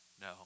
No